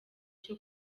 cyo